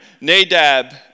Nadab